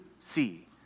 see